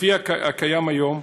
לפי הקיים היום,